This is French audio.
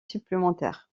supplémentaires